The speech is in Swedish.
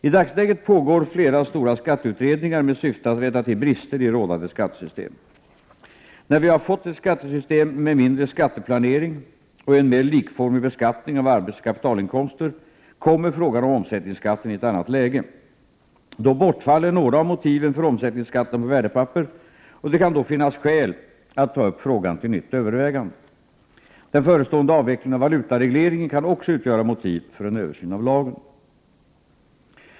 I dagsläget pågår flera stora skatteutredningar med syfte att rätta till brister i rådande skattesystem. När vi fått ett skattesystem med mindre skatteplanering och en mer likformig beskattning av arbetsoch kapitalinkomster kommer frågan om omsättningsskatten i ett annat läge. Då bortfaller några av motiven för omsättningsskatten på värdepapper, och det kan då finnas skäl att ta upp frågan till nytt övervägande. Den förestående avvecklingen av valutaregleringen kan också utgöra motiv för en översyn av lagen.